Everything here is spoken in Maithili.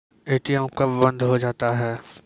ए.टी.एम कब बंद हो जाता हैं?